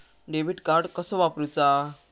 Debit card कसा वापरुचा?